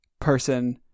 person